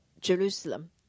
Jerusalem